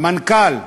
המנכ"ל,